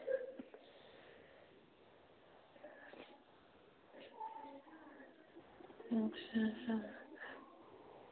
अच्छा